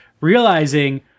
realizing